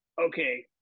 okay